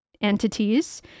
entities